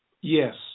Yes